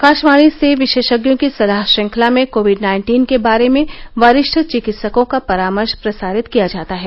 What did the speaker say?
आकाशवाणी से विशेषज्ञों की सलाह श्रृंखला में कोविड नाइन्टीन के बारे में वरिष्ठ चिकित्सकों का परामर्श प्रसारित किया जाता है